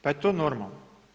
Pa jel to normalno?